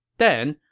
then,